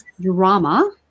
drama